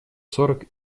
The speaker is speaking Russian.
сорок